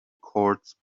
courts